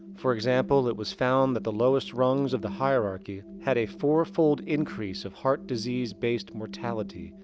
for example, it was found that the lowest rungs of the hierarchy had a four fold increase of heart disease based mortality.